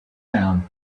down